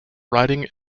writing